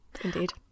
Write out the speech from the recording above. indeed